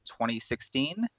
2016